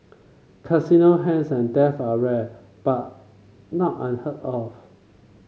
Casino heist and theft are rare but not unheard of